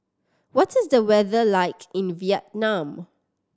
what is the weather like in Vietnam